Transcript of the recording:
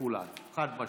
לכולנו, חד-משמעית.